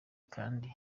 kandi